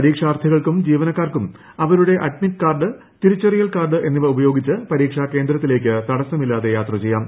പരീക്ഷാർത്ഥികൾക്കും ജീവനക്കാർക്കും അവരുടെ admit card തിരിച്ചറിയൽ കാർഡ് എന്നിവ ഉപയോഗിച്ച് പരീക്ഷാ കേന്ദ്രത്തിലേയ്ക്ക് തടസ്സമില്ലാതെ യാത്ര ചെയ്യാം